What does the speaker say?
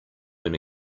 when